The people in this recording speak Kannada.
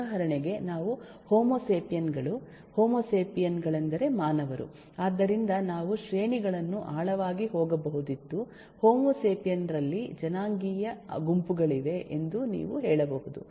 ಉದಾಹರಣೆಗೆ ನಾವು ಹೋಮೋಸೇಪಿಯನ್ ಗಳು ಹೋಮೋಸೇಪಿಯನ್ ಗಳೆಂದರೆ ಮಾನವರು ಆದ್ದರಿಂದ ನಾವು ಶ್ರೇಣಿಗಳನ್ನು ಆಳವಾಗಿ ಹೋಗಬಹುದಿತ್ತು ಹೋಮೋಸೇಪಿಯನ್ ರಲ್ಲಿ ಜನಾಂಗೀಯ ಗುಂಪುಗಳಿವೆ ಎಂದು ನೀವು ಹೇಳಬಹುದು